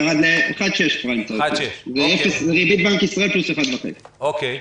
1.6%, זה ריבית בנק ישראל פלוס 1.5%. אוקיי.